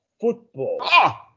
Football